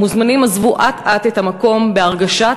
המוזמנים עזבו אט-אט את המקום בהרגשת